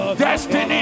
destiny